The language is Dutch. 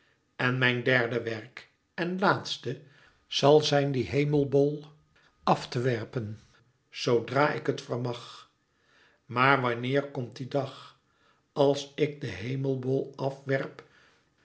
en mijn derde werk en laatste zal zijn dien hemelbol van mij àf te werpen zoodra ik het vermag maar wanneer komt die dag als ik den hemelbol